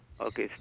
Okay